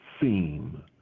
theme